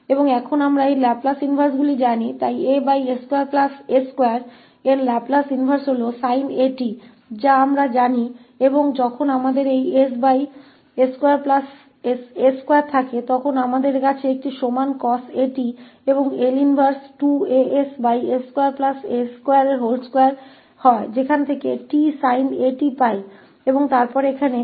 और अब हम इन लाप्लास इनवर्सों को जानते हैं इसलिए as2a2 का लाप्लास इनवर्स sin 𝑎𝑡 है जिसे हम जानते हैं और जब हमारे पास ss2a2 होता है तो हमारे पास यह 𝑡 cos 𝑎𝑡 और L 1as2a2 के बराबर होता है जो 𝑡 sin 𝑎𝑡 देता है